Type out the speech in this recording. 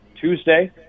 Tuesday